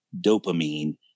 dopamine